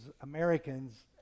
Americans